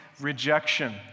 rejection